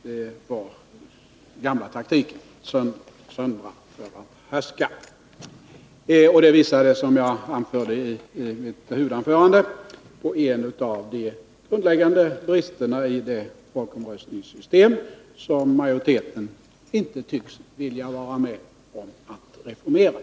Det var den gamla taktiken att söndra för att härska. Det inträffade visar, som jag sade i mitt huvudanförande, på en av de grundläggande bristerna i det folkomröstningssystem som majoriteten inte tycks vilja vara med om att reformera.